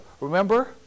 remember